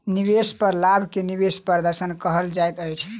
निवेश पर लाभ के निवेश प्रदर्शन कहल जाइत अछि